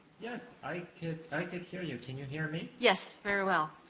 yes, i can i can hear you. can you hear me? yes, very well,